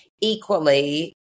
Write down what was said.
equally